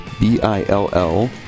B-I-L-L